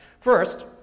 First